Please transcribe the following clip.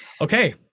Okay